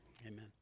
amen